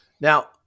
now